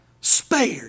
spared